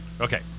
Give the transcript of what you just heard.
Okay